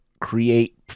create